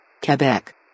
Quebec